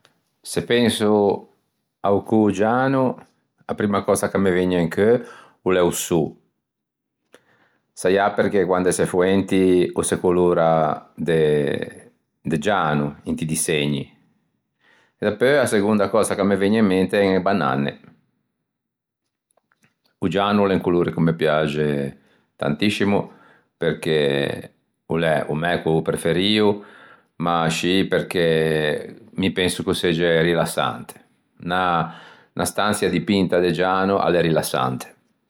Se penso a-o cô giano a primma cösa ch'a me vëgne in cheu o l'é o sô. Saià perché quande s'é foenti o se colora de giano inti disegni e dapeu a segonda cösa ch'a me vëgne in mente en e bananne. O giano o l'é un colore ch'o me piaxe tantiscimo perché o l'é o mæ cô preferio ma ascì perché mi penso ch'o segge rilassante. Unna stançia dipinta de giano a l'é rilassante